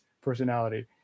personality